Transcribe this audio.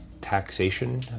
taxation